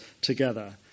together